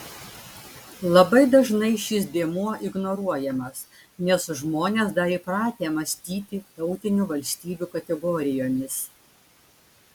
labai dažnai šis dėmuo ignoruojamas nes žmonės dar įpratę mąstyti tautinių valstybių kategorijomis